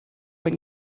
when